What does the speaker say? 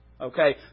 Okay